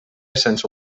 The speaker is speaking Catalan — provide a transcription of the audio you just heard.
sense